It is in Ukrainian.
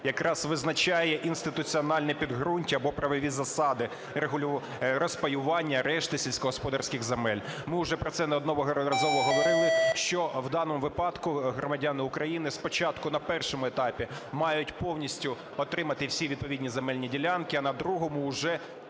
якраз визначає інституціональне підґрунтя або правові засади розпаювання решти сільськогосподарських земель, ми уже про це неодноразово говорили, що в даному випадку громадяни України спочатку на першому етапі мають повністю отримати всі відповідні земельні ділянки, а на другому уже